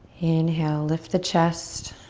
inhale, lift the chest.